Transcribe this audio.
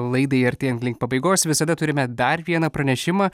laidai artėjant link pabaigos visada turime dar vieną pranešimą